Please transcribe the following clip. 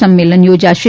સંમેલન યોજાશે